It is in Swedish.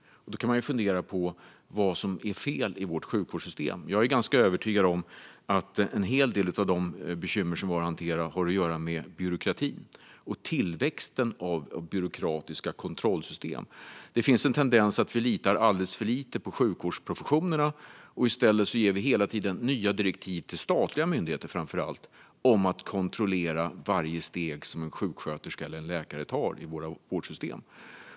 Då kan man fundera på vad som är fel i vårt sjukvårdssystem. Jag är ganska övertygad om att en hel del av de bekymmer som vi har att hantera har att göra med byråkratin och tillväxten av byråkratiska kontrollsystem. Det finns en tendens att vi litar alldeles för lite på sjukvårdsprofessionerna och i stället hela tiden ger nya direktiv till framför allt statliga myndigheter om att kontrollera varje steg som en sjuksköterska eller läkare tar i våra vårdsystem.